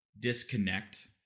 disconnect